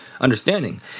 understanding